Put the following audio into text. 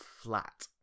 flat